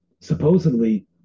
supposedly